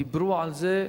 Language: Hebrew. דיברו על זה,